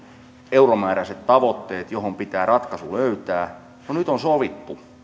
euromääräiset tavoitteet joihin pitää ratkaisu löytää no nyt on sovittu